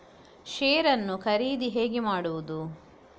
Share ನ್ನು ಖರೀದಿ ಹೇಗೆ ಮಾಡುವುದು?